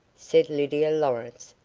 said lydia lawrence,